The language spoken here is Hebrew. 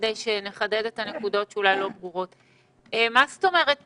מה זאת אומרת